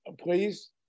please